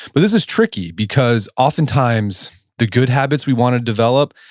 but this is tricky because oftentimes, the good habits we want to develop,